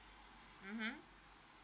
mmhmm